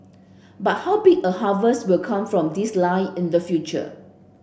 but how big a harvest will come from this lie in the future